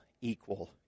equal